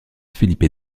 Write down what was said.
felipe